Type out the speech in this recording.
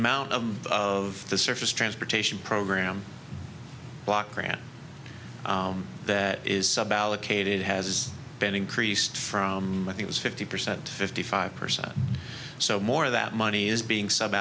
amount of of the surface transportation program block grant that is sub allocated has been increased from it was fifty percent fifty five percent so more of that money is being s